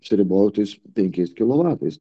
čia ribotis penkiais kilovatais